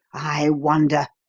i wonder!